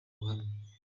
ubuhamya